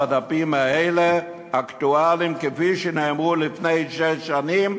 והדפים האלה אקטואליים כפי שנאמרו לפני שש שנים,